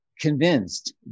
convinced